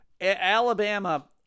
Alabama